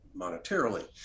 monetarily